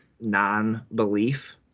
non-belief